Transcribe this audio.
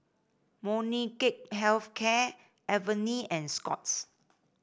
Molnylcke Health Care Avene and Scott's